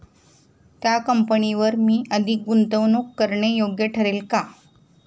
त्या कंपनीवर मी अधिक गुंतवणूक करणे योग्य ठरेल का?